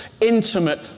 intimate